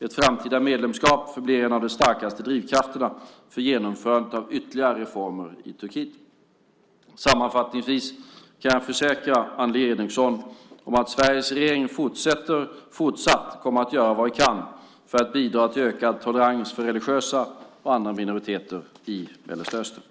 Ett framtida medlemskap förblir en av de starkaste drivkrafterna för genomförandet av ytterligare reformer i Turkiet. Sammanfattningsvis kan jag försäkra Annelie Enochson om att Sveriges regering fortsatt kommer att göra vad vi kan för att bidra till en ökad tolerans för religiösa och andra minoriteter i Mellanöstern.